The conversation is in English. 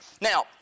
Now